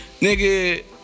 nigga